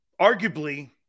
Arguably